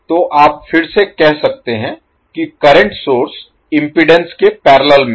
तो आप फिर से कह सकते हैं कि करंट सोर्स इम्पीडेन्स के पैरेलल में है